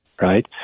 right